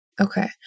Okay